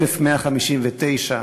1,159,